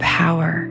power